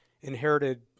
inherited